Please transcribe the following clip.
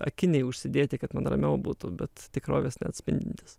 akiniai užsidėti kad man ramiau būtų bet tikrovės neatspindintys